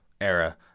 era